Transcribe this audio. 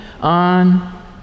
on